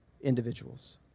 individuals